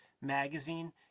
magazine